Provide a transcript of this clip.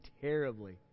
terribly